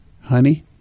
honey